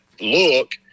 look